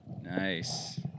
Nice